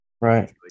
right